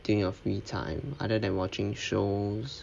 during your free time other than watching shows